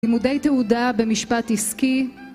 לימודי תעודה במשפט עסקי